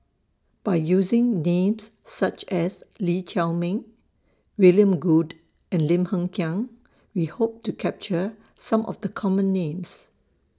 By using Names such as Lee Chiaw Meng William Goode and Lim Hng Kiang We Hope to capture Some of The Common Names